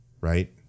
right